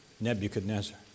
Nebuchadnezzar